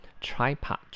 Tripod